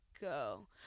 go